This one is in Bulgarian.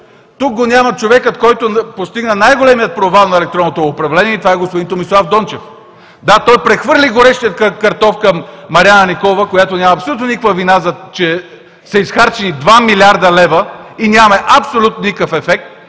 Тук го няма човекът, който постигна най-големия провал на електронно управление – това е господин Томислав Дончев. Да, той прехвърли горещия картоф към Марияна Николова, която няма абсолютно никаква вина, че са изхарчени 2 млрд. лв., а нямаме абсолютно никакъв ефект,